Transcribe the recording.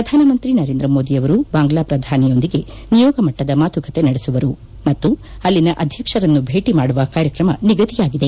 ಪ್ರಧಾನಮಂತ್ರಿ ನರೇಂದ್ರ ಮೋದಿಯವರು ಬಾಂಗ್ಲಾ ಪ್ರಧಾನಿಯೊಂದಿಗೆ ನಿಯೋಗ ಮಟ್ಟದ ಮಾತುಕತೆ ನಡೆಸುವರು ಮತ್ತು ಅಲ್ಲಿನ ಅಧ್ಯಕ್ಷರನ್ನು ಭೇಟಿ ಮಾಡುವ ಕಾರ್ಯಕ್ರಮ ನಿಗದಿಯಾಗಿದೆ